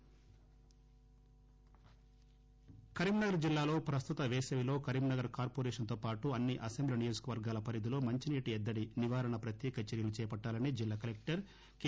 మంచినీరు కరీంనగర్ జిల్లాలో ప్రస్తుత వేసవి లో కరీంనగర్ కార్పొరేషన్ తో పాటు అన్ని అసెంబ్లీ నియోజకవర్గాల పరిధిలో మంచినీటి ఎద్దడి నివారణ ప్రత్యేక చర్యలు చేపట్టాలని జిల్లా కలెక్టర్ కె